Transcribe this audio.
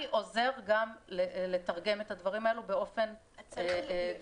עוזר גם לתרגם את הדברים האלה באופן דיגיטלי.